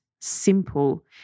simple